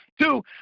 Two